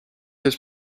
his